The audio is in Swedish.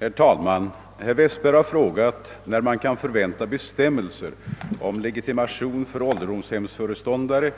Herr talman! Herr Westberg har frågat när man kan förvänta bestämmelser om legitimation för ålderdomshemsföreståndare